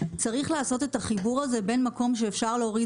צריך לעשות את החיבור הזה בין מקום שאפשר להוריד